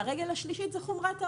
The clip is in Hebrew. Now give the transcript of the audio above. הרגל השלישית היא חומרת העונש.